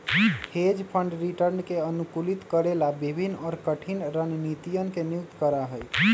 hedge fund return के अनुकूलित करे ला विभिन्न और कठिन रणनीतियन के नियुक्त करा हई